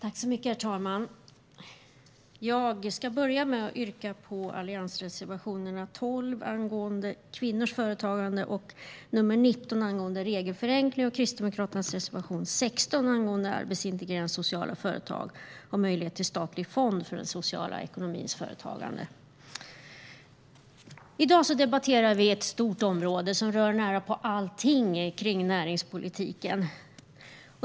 Herr talman! Jag börjar med att yrka bifall till Alliansens reservationer 12, angående kvinnors företagande, och 19, angående regelförenkling, samt till Kristdemokraternas reservation 16 angående arbetsintegrerande sociala företag och möjlighet till en statlig fond för den sociala ekonomins företagande. I dag debatterar vi ett stort område, som rör närapå allting inom näringspolitiken.